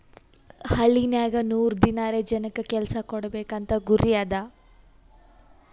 ಹಳ್ಳಿನಾಗ್ ನೂರ್ ದಿನಾರೆ ಜನಕ್ ಕೆಲ್ಸಾ ಕೊಡ್ಬೇಕ್ ಅಂತ ಗುರಿ ಅದಾ